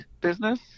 business